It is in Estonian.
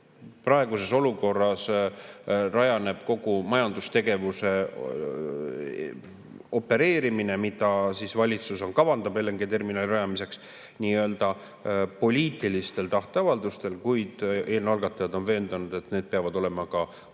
Praeguses olukorras rajaneb kogu majandustegevuse opereerimine, mida valitsus on kavandanud LNG‑terminali rajamiseks, nii-öelda poliitilistel tahteavaldustel, kuid eelnõu algatajad on veendunud, et need peavad olema ka õiguslikult